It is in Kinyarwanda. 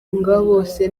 bose